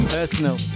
personal